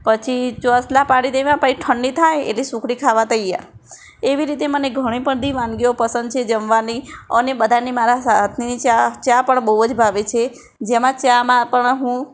પછી ચોસલા પાડી દેવા પછી ઠંડી થાય એટલે સુખડી ખાવા તૈયાર એવી રીતે મને ઘણી બધી વાનગીઓ પસંદ છે જમવાની અને બધાને મારા હાથની ચા ચા પણ બહુ જ ભાવે છે જેમાં ચામાં પણ હું